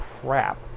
crap